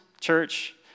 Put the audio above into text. church